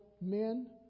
men